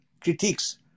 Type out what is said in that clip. critiques